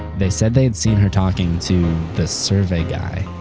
they said they had seen her talking to the survey guy.